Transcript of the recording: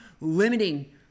limiting